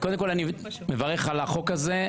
קודם כול אני מברך על החוק הזה.